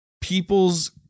people's